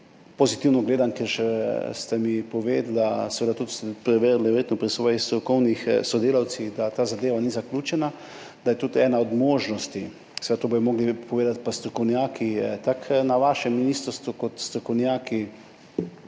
pozitivno gledam na to, ker ste mi povedali, da ste tudi preverili, verjetno pri svojih strokovnih sodelavcih, da ta zadeva ni zaključena, da je tudi ena od možnosti. To pa bodo morali povedati strokovnjaki, tako na vašem ministrstvu kot strokovnjaki